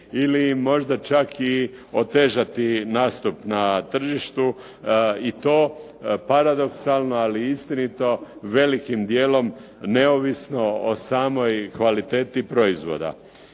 im možda čak i otežati nastup na tržištu i to paradoksalno ali istinito velikim dijelom neovisno o samoj kvaliteti proizvoda.